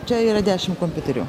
čia yra dešimt kompiuterių